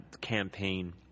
campaign